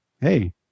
Hey